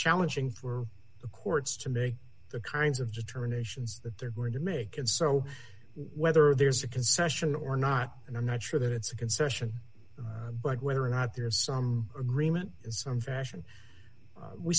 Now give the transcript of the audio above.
challenging for the courts to make the kinds of determinations that they're going to make and so whether there's a concession or not and i'm not sure that it's a concession but whether or not there is some agreement some fashion